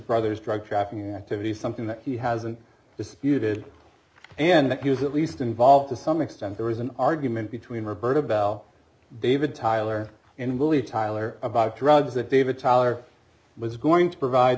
brother's drug trafficking activities something that he hasn't disputed and the queues at least involved to some extent there was an argument between roberta bell david tyler in believe tyler about drugs that david tyler was going to provide